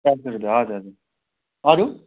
पाँच सौ रुपियाँ हजुर हजुर अरू